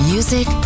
Music